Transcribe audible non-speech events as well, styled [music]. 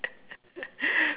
[laughs]